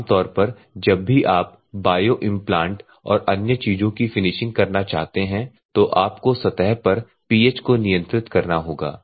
आम तौर पर जब भी आप बायो इम्प्लान्ट और अन्य चीजों की फिनिशिंग करना चाहते हैं तो आपको सतह पर pH को नियंत्रित करना होगा